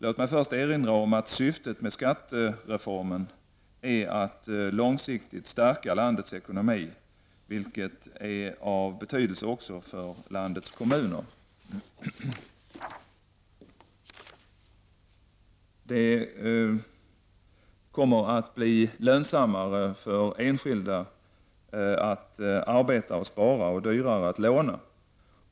Låt mig först erinra om att syftet med skattereformen är att långsiktigt stärka landets ekonomi, vilket är av betydelse också för landets kommuner. Det kommer att bli lönsammare för enskilda att arbeta och spara och dyrare att låna.